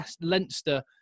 Leinster